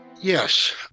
Yes